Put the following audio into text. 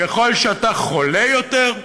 ככל שאתה חולה יותר,